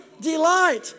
delight